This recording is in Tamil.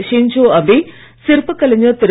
ஷின்ஷோ அபே சிற்ப கலைஞர் திரு